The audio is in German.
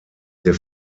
der